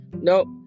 nope